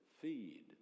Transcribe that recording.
feed